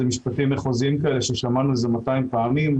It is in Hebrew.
זה משפטים מחוזיים כאלה ששמענו 200 פעמים.